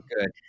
good